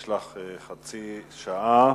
יש לך חצי שעה,